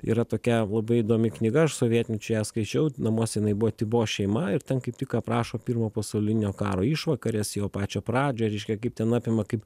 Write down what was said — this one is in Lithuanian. yra tokia labai įdomi knyga aš sovietmečiu ją skaičiau namuose jinai buvo tai buvo šeima ir ten kaip tik aprašo pirmo pasaulinio karo išvakarės jo pačią pradžią reiškia kaip ten apima kaip